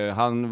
han